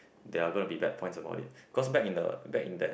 there are gonna be bad points about it cause back in the back in that